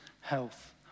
health